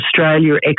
Australia